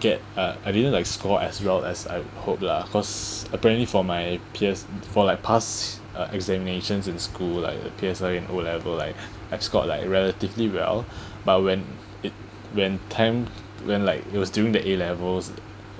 get uh I didn't like score as well as I hope lah cause apparently for my peers for like pass a examinations in school like P_S_L_E o level like I scored like relatively well but when it when time when like it was during the A levels